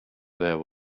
there